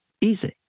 easy